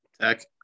Tech